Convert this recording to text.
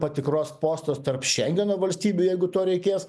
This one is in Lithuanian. patikros postus tarp šengeno valstybių jeigu to reikės